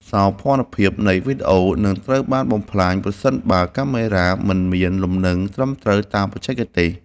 សោភ័ណភាពនៃវីដេអូនឹងត្រូវបានបំផ្លាញប្រសិនបើកាមេរ៉ាមិនមានលំនឹងត្រឹមត្រូវតាមបច្ចេកទេស។